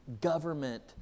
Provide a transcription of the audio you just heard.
government